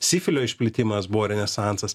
sifilio išplitimas buvo renesansas